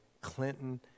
Clinton